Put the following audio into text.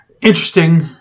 interesting